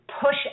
push